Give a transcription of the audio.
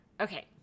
Okay